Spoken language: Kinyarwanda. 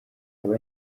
aba